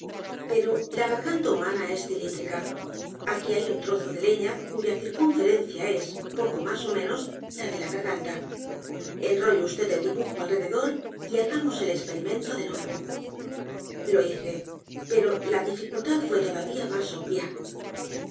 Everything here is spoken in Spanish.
pero la garganta humana es cilindrica aquí hay un trozo de leña cuya circunferencia es poco más ó menos la de la garganta enrolle vd el dibujo alrededor y hagamos el experimento de nuevo lo hice pero la dificultad fué todavía más obvia